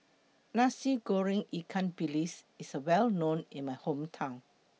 Nasi Goreng Ikan Bilis IS A Well known in My Hometown